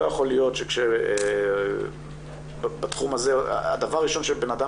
לא יכול להיות --- הדבר הראשון שבנאדם